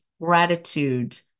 gratitude